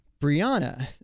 brianna